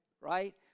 right